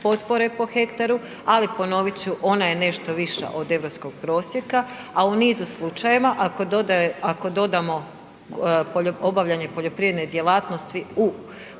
potpore po hektaru, ali ona je nešto viša od EU prosjeka, a u nizu slučajeva, ako dodamo obavljanje poljoprivredne djelatnosti u